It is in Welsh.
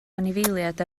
anifeiliaid